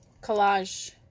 collage